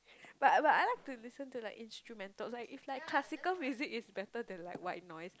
but I I like to listen to like instrumental if like classical music is better than like white noise